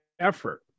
effort